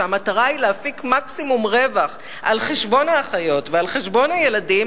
כשהמטרה היא להפיק מקסימום רווח על חשבון האחיות ועל חשבון הילדים,